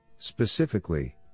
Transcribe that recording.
Specifically